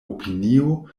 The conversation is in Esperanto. opinio